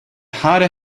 harder